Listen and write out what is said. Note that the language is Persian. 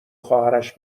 خواهرش